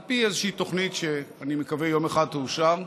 על פי איזושהי תוכנית שאני מקווה שיום אחד תאושר,